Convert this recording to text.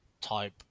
type